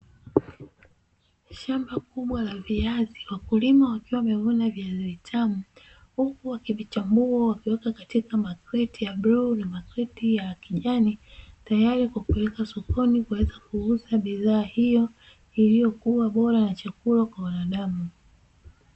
Shamba kubwa la viazi, wakulima wakiwa wamevuna viazi vitamu huku wakichambua wakiweka katika makreti ya bluu na makreti ya kijani, teyari kwa kuweka sokoni kuweza kuuza bidhaa hiyo iliyokuwa bora na chakula kwa wanadamu.